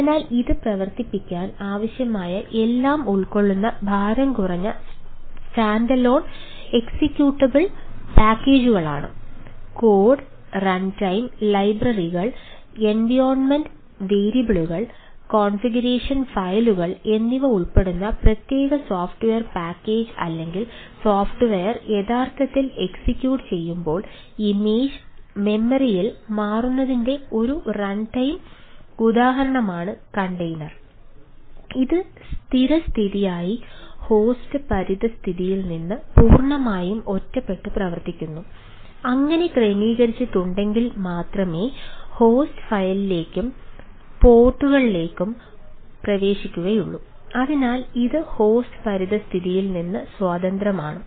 അതിനാൽ ഇത് പ്രവർത്തിപ്പിക്കാൻ ആവശ്യമായ എല്ലാം ഉൾക്കൊള്ളുന്ന ഭാരം കുറഞ്ഞ സ്റ്റാൻഡലോൺ എക്സിക്യൂട്ടബിൾ പാക്കേജാണ് പരിതസ്ഥിതിയിൽ നിന്ന് സ്വതന്ത്രമാണ്